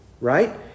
Right